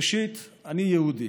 ראשית, אני יהודי.